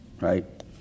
Right